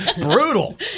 Brutal